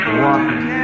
walking